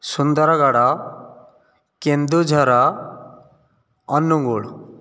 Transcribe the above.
Sundargarh Keonjhar Angul